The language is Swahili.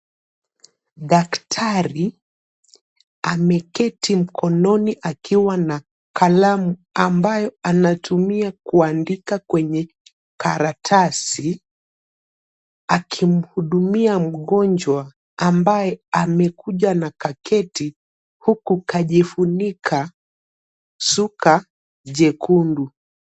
Daktari ameketi mkononi akiwa na kalamu ambayo anatumia kuandika kwenye karatasi akimhudumia mgonjwa ambaye amekuja na kaketi huku kajifunika suka jekundu.